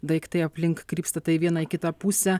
daiktai aplink krypsta tai į vieną į kitą pusę